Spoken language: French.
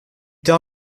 t’es